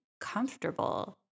comfortable